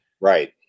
Right